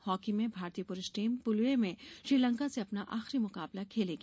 hockey में भारतीय पुरूष टीम पुलए में श्रीलंका से अपना आखिरी मुकाबला खेलेंगी